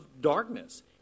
darkness